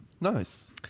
Nice